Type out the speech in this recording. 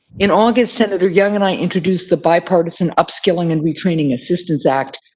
in august, senator young and i introduced the bipartisan upskilling and retraining assistance act,